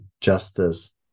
justice